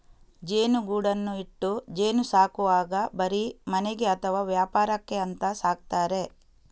ಜೇನುಗೂಡನ್ನ ಇಟ್ಟು ಜೇನು ಸಾಕುವಾಗ ಬರೀ ಮನೆಗೆ ಅಥವಾ ವ್ಯಾಪಾರಕ್ಕೆ ಅಂತ ಸಾಕ್ತಾರೆ